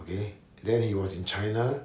okay then he was in china